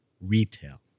retail